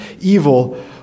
evil